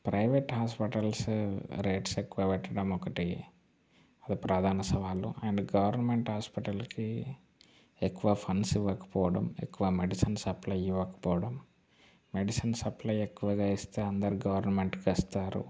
private hospitals rates ఎక్కువ పెట్టడం ఒకటి అది ప్రధాన సవాలు అండ్ గవర్నమెంట్ హాస్పిటల్స్కి ఎక్కువ ఫండ్స్ ఇవ్వకపోవడం ఎక్కువ మెడిసిన్ సప్లై ఇవ్వకపోవడం మెడిసిన్ సప్లై ఎక్కువగా ఇస్తే అందరు గవర్నమెంట్కి వస్తారు